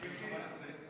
ננסה.